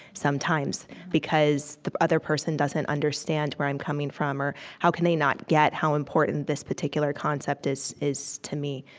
sometimes, because the other person doesn't understand where i'm coming from, or how can they not get how important this particular concept is is to me?